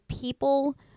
people